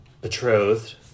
betrothed